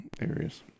areas